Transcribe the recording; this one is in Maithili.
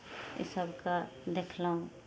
इसभके देखलहुँ